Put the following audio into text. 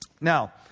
Now